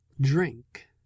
Drink